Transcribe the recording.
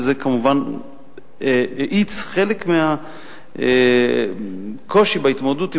וזה כמובן האיץ חלק מהקושי בהתמודדות עם